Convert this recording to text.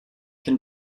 can